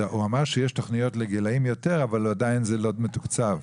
הוא אמר שיש תוכניות לגילאים יותר גבוהים אבל עדיין זה לא מתוקצב.